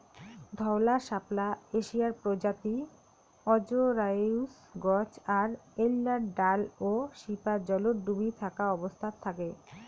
ধওলা শাপলা এশিয়ার প্রজাতি অজরায়ুজ গছ আর এ্যাইলার ডাল ও শিপা জলত ডুবি থাকা অবস্থাত থাকে